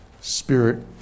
spirit